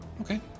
Okay